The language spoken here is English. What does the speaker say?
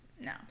No